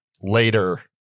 later